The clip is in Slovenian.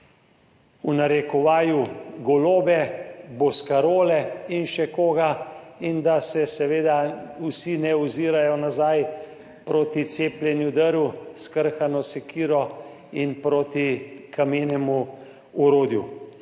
v narekovaju, »Golobe«, »Boscarole« in še koga in da se seveda vsi ne ozirajo nazaj proti cepljenju drv s skrhano sekiro in proti kamenemu orodju.